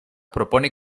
propone